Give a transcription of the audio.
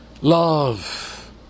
love